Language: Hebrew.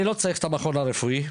אני לא צריך את המכון הרפואי,